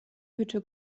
hütte